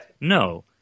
no